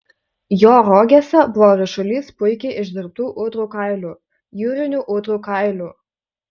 jo rogėse buvo ryšulys puikiai išdirbtų ūdrų kailių jūrinių ūdrų kailių